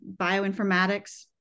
bioinformatics